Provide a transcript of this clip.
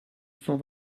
cent